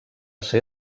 ser